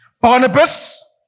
Barnabas